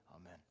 Amen